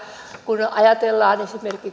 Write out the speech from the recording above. kun ajatellaan esimerkiksi